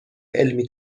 علمی